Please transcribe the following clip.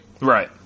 right